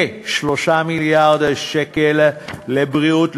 כ-3 מיליארד ש"ח לבריאות,